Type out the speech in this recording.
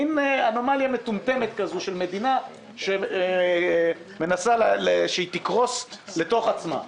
מין אנומליה מטומטמת כזו של מדינה שמנסה שהיא תקרוס לתוך עצמה.